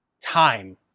time